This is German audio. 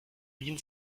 wien